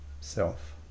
self